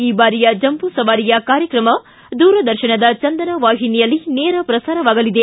ಈ ಬಾರಿಯ ಜಂಜೂ ಸವಾರಿಯ ಕಾರ್ಯಕ್ರಮವೂ ದೂರದರ್ಶನದ ಚಂದನ ವಾಹಿನಿಯಲ್ಲಿ ನೇರ ಪ್ರಸಾರವಾಗಲಿದೆ